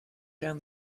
down